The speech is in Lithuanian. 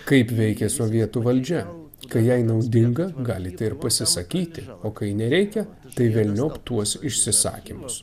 kaip veikė sovietų valdžia kai jai naudinga galite ir pasisakyti o kai nereikia tai velniop tuos išsisakymus